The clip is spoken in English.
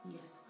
Yes